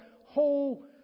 whole